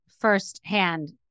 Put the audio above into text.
firsthand